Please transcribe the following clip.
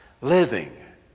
living